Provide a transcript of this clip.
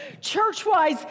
Church-wise